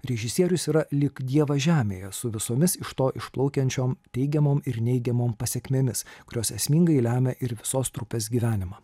režisierius yra lyg dievas žemėje su visomis iš to išplaukiančiom teigiamom ir neigiamom pasekmėmis kurios esmingai lemia ir visos trupės gyvenimą